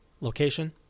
location